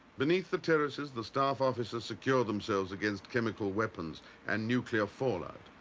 beneath the terraces, the staff officers secure themselves against chemical weapons and nuclear fallout.